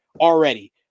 already